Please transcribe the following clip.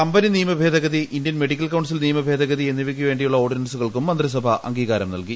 company നിയമഭേദഗതി Indian medical council നിയമ ഭേദഗതി എന്നിവയ്ക്കു വേണ്ടിയുള്ള ഓർഡിനൻസുകൾക്കും മന്ത്രിസഭ അംഗീകാരം നൽകി